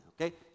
okay